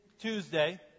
Tuesday